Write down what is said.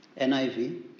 NIV